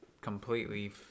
completely